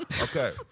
okay